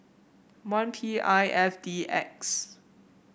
one P I F D X